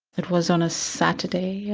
it was on a saturday, yeah